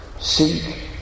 seek